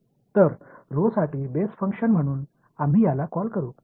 எனவே இதை rho க்கான பேசிக்ஃபங்ஷன்களாக அழைப்போம்